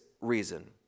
reason